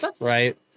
right